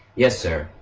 yes sir,